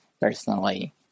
personally